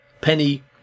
Penny